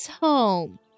home